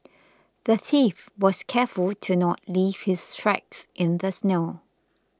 the thief was careful to not leave his tracks in the snow